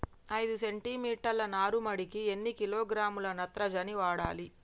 ఐదు సెంటిమీటర్ల నారుమడికి ఎన్ని కిలోగ్రాముల నత్రజని వాడాలి?